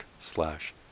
slash